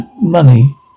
money